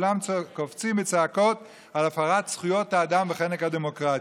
כולם קופצים בצעקות על הפרת זכויות האדם וחנק הדמוקרטיה.